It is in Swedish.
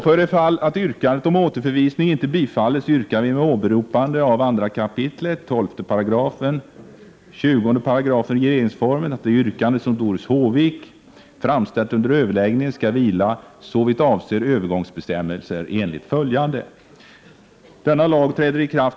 För det fall att yrkandet om återförvisning inte bifalls yrkar vi med åberopande av 2 kap. 12 och 20 §§ regeringsformen att det yrkande som Doris Håvik framställt under överläggningen skall vila såvitt avser övergångsbestämmelser enligt följande.